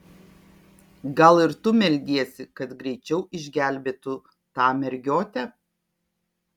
gal ir tu meldiesi kad greičiau išgelbėtų tą mergiotę